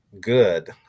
good